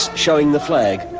showing the flag.